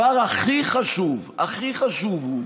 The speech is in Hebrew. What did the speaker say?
הדבר הכי חשוב, הכי חשוב, הוא